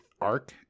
arc